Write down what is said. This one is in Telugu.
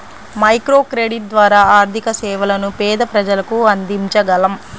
మైక్రోక్రెడిట్ ద్వారా ఆర్థిక సేవలను పేద ప్రజలకు అందించగలం